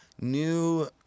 new